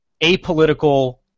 apolitical